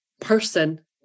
person